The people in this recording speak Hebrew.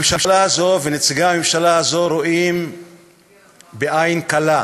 הממשלה הזאת ונציגי הממשלה הזאת רואים בעין כלה